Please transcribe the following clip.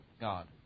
God